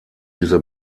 diese